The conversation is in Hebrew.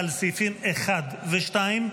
על סעיפים 1 ו-2,